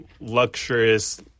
luxurious